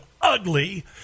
ugly